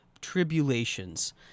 tribulations